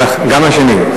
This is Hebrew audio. גם השני?